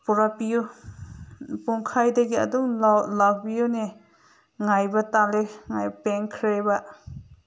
ꯄꯣꯔꯛꯄꯤꯌꯣ ꯄꯨꯡꯈꯥꯏꯗꯒꯤ ꯑꯗꯨꯝ ꯂꯥꯛꯄꯤꯌꯣꯅꯦ ꯉꯥꯏꯕ ꯇꯜꯂꯦ ꯉꯥꯏꯕ ꯄꯦꯟꯈ꯭ꯔꯦꯕ